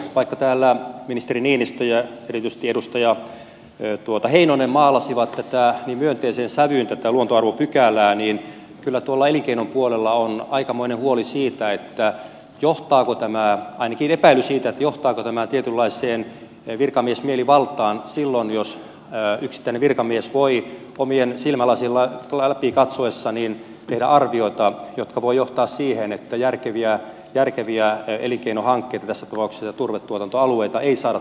vaikka täällä ministeri niinistö ja erityisesti edustaja heinonen maalasivat niin myönteiseen sävyyn tätä luontoarvopykälää niin kyllä tuolla elinkeinon puolella on aikamoinen huoli siitä että johtaa kuten mää ainakin epäily siitä johtaako tämä tietynlaiseen virkamiesmielivaltaan silloin jos yksittäinen virkamies voi omien silmälasiensa läpi katsoessaan tehdä arvioita jotka voivat johtaa siihen että järkeviä elinkeinohankkeita tässä tapauksessa turvetuotantoalueita ei saada tuotantoon ja käyttöön